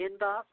inbox